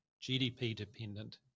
GDP-dependent